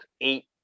eight